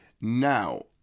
Now